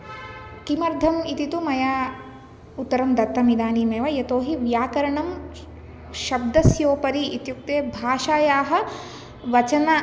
किमर्थम् इति तु मया उत्तरं दत्तम् इदानीमेव यतोऽहि व्याकरणं श् शब्दस्योपरि इत्युक्ते भाषायाः वचन